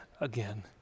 again